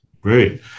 Great